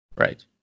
Right